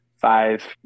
five